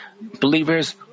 believers